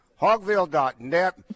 Hogville.net